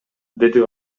деди